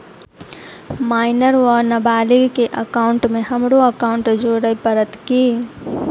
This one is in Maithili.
माइनर वा नबालिग केँ एकाउंटमे हमरो एकाउन्ट जोड़य पड़त की?